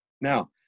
Now